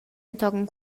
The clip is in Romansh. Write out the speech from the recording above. entochen